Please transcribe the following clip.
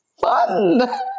Fun